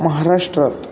महाराष्ट्रात